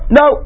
no